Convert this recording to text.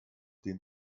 den